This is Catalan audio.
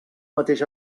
mateix